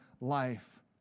life